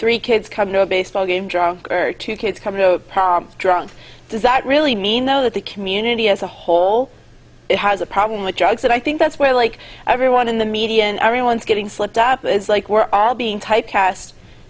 three kids come to a baseball game drove her two kids coming drunk does that really mean though that the community as a whole it has a problem with drugs and i think that's where like everyone in the media and everyone's getting slipped up it's like we're all being typecast